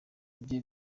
bye